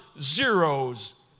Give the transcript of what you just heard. zeros